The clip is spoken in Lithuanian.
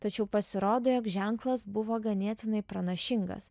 tačiau pasirodo jog ženklas buvo ganėtinai pranašingas